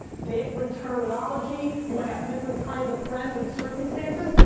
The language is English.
different terminology, you might have different kinds of friends and circumstances,